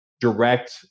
direct